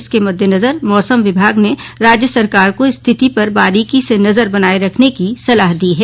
इसके मददेनजर मौसम विभाग ने राज्य सरकार को स्थिति पर बारीकी से नजर बनाए रखने की सलाह दी है